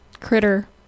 critter